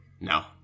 no